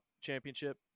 championship